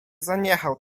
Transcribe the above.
zaniechał